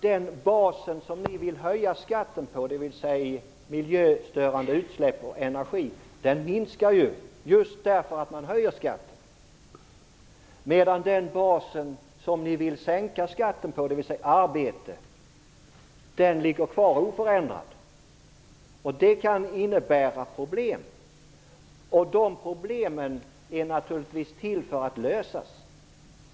Den bas som ni vill höja skatten på, dvs. miljöstörande utsläpp och energi, minskar ju just därför att man höjer skatten. Den bas som ni vill sänka skatten på, dvs. arbete, ligger kvar oförändrad. Det kan innebära problem, och dessa problem är naturligtvis till för att lösas.